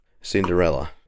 Cinderella